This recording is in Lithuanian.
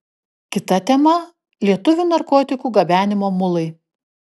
kita tema lietuvių narkotikų gabenimo mulai